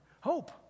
hope